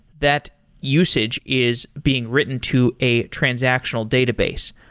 that usage is being written to a transactional database.